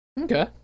Okay